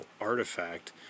artifact